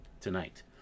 tonight